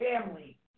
family